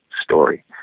story